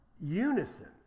unison